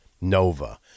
Nova